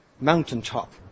mountaintop